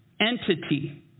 entity